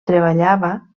treballava